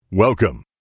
Welcome